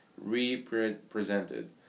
Represented